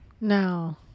No